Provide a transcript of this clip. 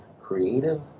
creative